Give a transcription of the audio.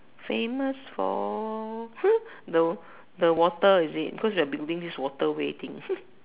famous for the the water is it cause we are building this waterway thing